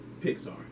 Pixar